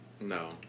No